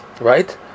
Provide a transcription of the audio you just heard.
right